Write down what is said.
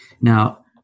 Now